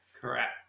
Correct